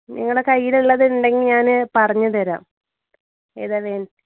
നിങ്ങളുടെ കയ്യിലുള്ളത് ഉണ്ടെങ്കിൽ ഞാൻ പറഞ്ഞ് തരാം ഏതാ വേ